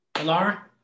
Laura